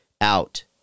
out